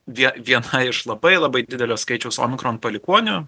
vie vienai iš labai labai didelio skaičiaus omikron palikuonio